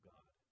God